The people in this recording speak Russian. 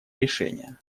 решения